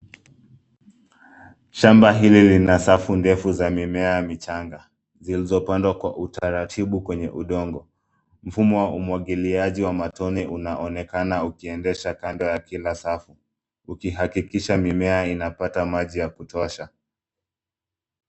Shamba hili lina safu ndefu za mimea michanga zilizopandwa kwa utaratibu kwenye udongo. Mfumo wa umwangiliaji wa matone unaonekana ukiendesha kando ya kila safu ukihakikisha mimea inapata maji ya kutosha.